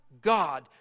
God